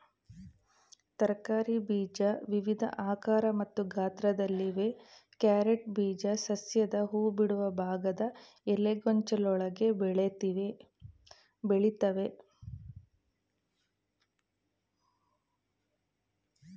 ತರಕಾರಿ ಬೀಜ ವಿವಿಧ ಆಕಾರ ಮತ್ತು ಗಾತ್ರದಲ್ಲಿವೆ ಕ್ಯಾರೆಟ್ ಬೀಜ ಸಸ್ಯದ ಹೂಬಿಡುವ ಭಾಗದ ಎಲೆಗೊಂಚಲೊಳಗೆ ಬೆಳಿತವೆ